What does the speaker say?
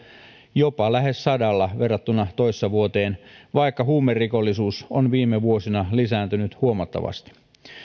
jopa lähes sadalla verrattuna toissa vuoteen vaikka huumerikollisuus on viime vuosina lisääntynyt huomattavasti